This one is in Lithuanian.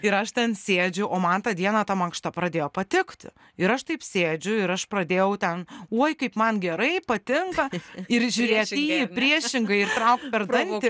ir aš ten sėdžiu o man tą dieną ta mankšta pradėjo patikti ir aš taip sėdžiu ir aš pradėjau ten uoj kaip man gerai patinka ir žiūrėt į jį priešingai ir traukt per dantį